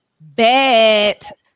bet